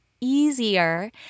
easier